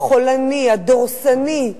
החולני, הדורסני,